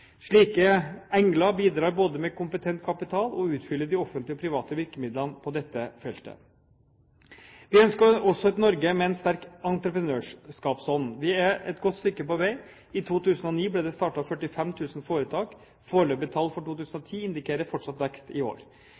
Slike «engler» bidrar med kompetent kapital og utfyller de offentlige og private virkemidlene på dette feltet. Vi ønsker også et Norge med en sterk entreprenørskapsånd. Vi er et godt stykke på vei. I 2009 ble det startet 45 000 foretak. Foreløpige tall for 2010 indikerer fortsatt vekst i år.